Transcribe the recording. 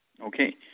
Okay